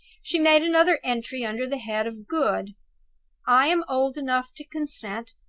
she made another entry under the head of good i am old enough to consent,